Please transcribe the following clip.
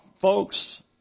folks